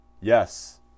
Yes